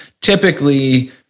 typically